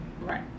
Right